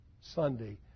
Sunday